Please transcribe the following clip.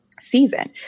season